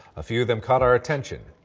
a few of them caught our attention.